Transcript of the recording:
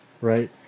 right